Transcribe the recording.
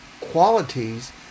qualities